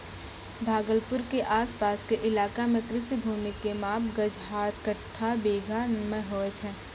भागलपुर के आस पास के इलाका मॅ कृषि भूमि के माप गज, हाथ, कट्ठा, बीघा मॅ होय छै